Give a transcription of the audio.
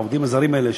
העובדים הזרים האלה,